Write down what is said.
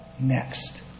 next